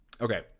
Okay